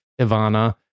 Ivana